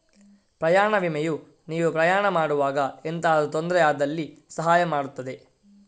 ಪ್ರಯಾಣ ವಿಮೆಯು ನೀವು ಪ್ರಯಾಣ ಮಾಡುವಾಗ ಎಂತಾದ್ರೂ ತೊಂದ್ರೆ ಆದಲ್ಲಿ ಸಹಾಯ ಮಾಡ್ತದೆ